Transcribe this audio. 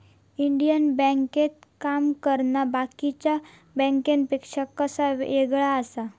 Indian बँकेत काम करना बाकीच्या बँकांपेक्षा कसा येगळा आसा?